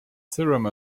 serum